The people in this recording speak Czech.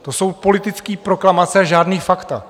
To jsou politické proklamace a žádná fakta.